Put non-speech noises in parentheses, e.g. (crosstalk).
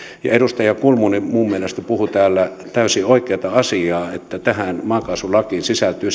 edustaja kulmuni minun mielestäni puhui täällä täysin oikeata asiaa että tähän maakaasulakiin sisältyy (unintelligible)